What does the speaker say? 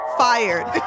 fired